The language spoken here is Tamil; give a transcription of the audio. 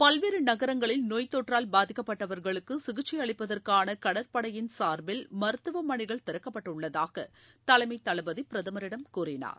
பல்வேறு நகரங்களில் நோய் தொற்றால் பாதிக்கப்பட்டவர்களுக்கு சிகிச்சை அளிப்பதற்கான கடற்படையின் சார்பில் மருத்துவமனைகள் திறக்கப்பட்டுள்ளதாக தலைமை தளபதி பிரதமரிடம் கூறினார்